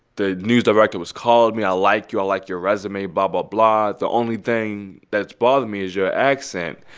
the news director was called me. i like you. i like your resume, blah, blah, blah. the only thing that's bothering me is your accent.